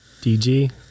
DG